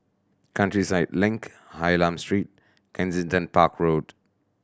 Countryside Link Hylam Street Kensington Park Road